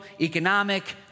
economic